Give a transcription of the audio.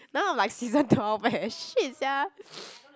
now I'm like season twelve eh shit sia